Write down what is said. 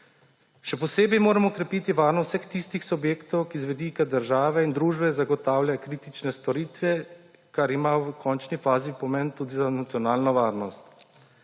Še posebej moramo okrepiti varnost vseh tistih subjektov, ki z vidika države in družbe zagotavljajo kritične storitve, kar ima v končni fazi pomen tudi za nacionalno varnost.